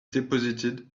deposited